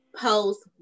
post